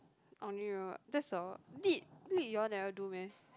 I only remember that's a lit lit you all never do meh